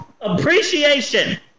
appreciation